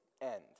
end